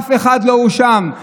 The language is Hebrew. אף אחד לא הואשם.